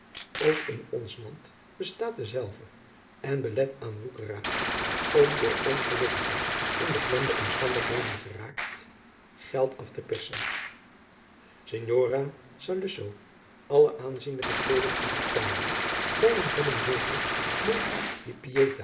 ook in ons land bestaat dezelve en belet aan woekeraars om den ongelukkigen in beklemde omstandigheden geraakt geld af te persen signora saluzzo alle aanzienlijke steden in italie bijna hebben zulke monti